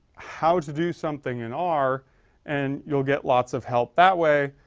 how to do something in r and you'll get lots of help that way.